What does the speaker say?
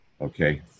Okay